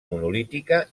monolítica